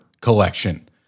collection